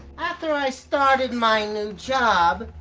after i started my new job.